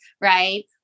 right